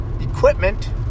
equipment